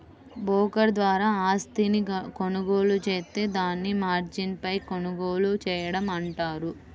broker ద్వారా ఆస్తిని కొనుగోలు జేత్తే దాన్ని మార్జిన్పై కొనుగోలు చేయడం అంటారు